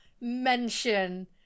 mention